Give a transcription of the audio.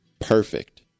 perfect